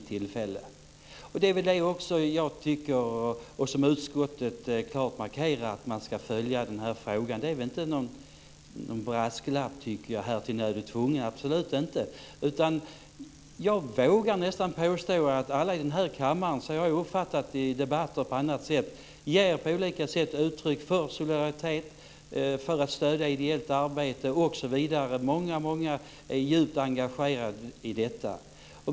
Jag tycker också - och det markerar utskottet klart - att man ska följa den här frågan. Det är väl inte någon brasklapp om att man är nödd och tvungen - absolut inte. Jag vågar nästan påstå att alla i den här kammaren - så har jag uppfattat det i debatter och på annat sätt - på olika sätt ger uttryck för solidaritet och för en vilja att stödja ideellt arbete. Många är djupt engagerade i detta.